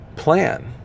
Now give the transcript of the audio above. plan